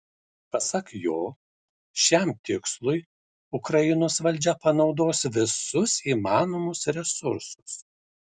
pasak jo šiam tikslui ukrainos valdžia panaudos visus įmanomus resursus